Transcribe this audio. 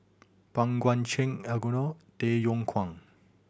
Pang Guek Cheng Elangovan Tay Yong Kwang